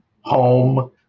home